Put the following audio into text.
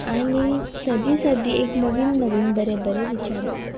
आनीक सदी सदी एक नवीन नवीन बरें बरें विचार येता